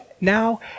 now